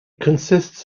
consists